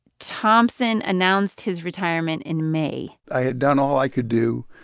thompson announced his retirement in may i had done all i could do.